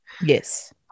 Yes